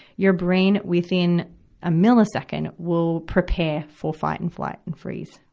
your brain within a millisecond will prepare for fight and flight and freeze,